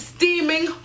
Steaming